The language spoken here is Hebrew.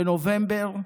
בנובמבר,